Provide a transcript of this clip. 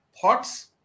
thoughts